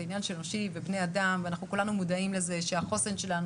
עניין של בני אדם וכולנו מודעים לזה שהחוסן שלנו